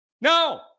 No